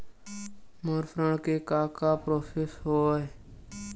मोर ऋण के का का प्रोसेस हवय?